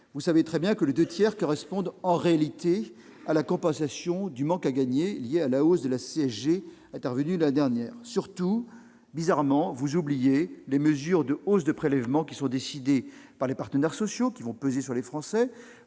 vous savez très bien que les deux tiers correspondent en réalité à la compensation du manque à gagner lié à la hausse de la CSG intervenue l'an dernier. Surtout, bizarrement, vous oubliez les mesures de hausses de prélèvements décidées par les partenaires sociaux, qui vont peser sur les Français.